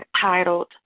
titled